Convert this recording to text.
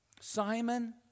Simon